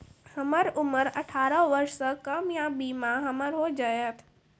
हमर उम्र अठारह वर्ष से कम या बीमा हमर हो जायत?